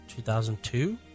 2002